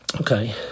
Okay